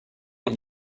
not